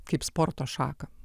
kaip sporto šaką